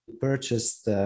purchased